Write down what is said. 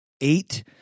eight